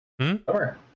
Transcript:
Sure